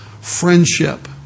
friendship